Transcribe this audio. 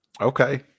Okay